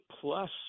plus